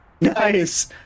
Nice